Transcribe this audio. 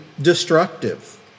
destructive